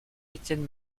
étienne